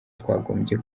twagombye